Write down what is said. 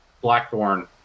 Blackthorn